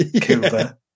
Cuba